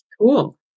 cool